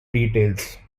details